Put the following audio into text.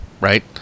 right